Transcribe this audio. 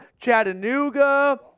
Chattanooga